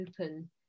open